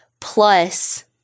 plus